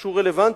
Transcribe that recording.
שהוא רלוונטי.